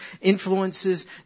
influences